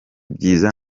byiza